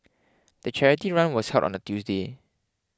the charity run was held on a Tuesday